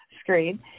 screen